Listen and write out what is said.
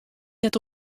net